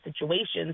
situations